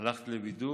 שהלכת לבידוד.